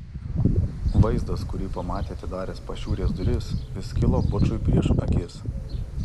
vaizdas kurį pamatė atidaręs pašiūrės duris vis kilo bučui prieš akis